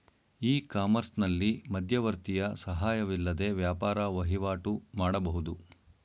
E ಕಾಮರ್ಸ್ನಲ್ಲಿ ಮಧ್ಯವರ್ತಿಯ ಸಹಾಯವಿಲ್ಲದೆ ವ್ಯಾಪಾರ ವಹಿವಾಟು ಮಾಡಬಹುದು